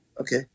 okay